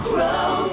Grow